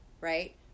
right